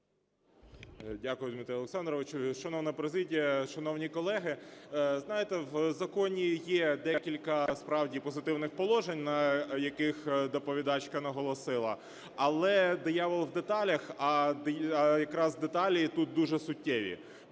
Дякую, Дмитре Олександровичу. Шановна президія, шановні колеги, знаєте, в законі є декілька справді позитивних положень, на яких доповідачка наголосила. Але диявол в деталях, а якраз деталі тут дуже суттєві.